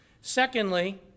Secondly